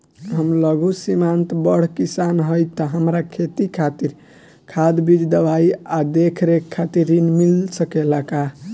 हम लघु सिमांत बड़ किसान हईं त हमरा खेती खातिर खाद बीज दवाई आ देखरेख खातिर ऋण मिल सकेला का?